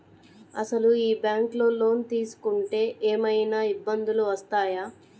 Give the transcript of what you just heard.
అసలు ఈ బ్యాంక్లో లోన్ తీసుకుంటే ఏమయినా ఇబ్బందులు వస్తాయా?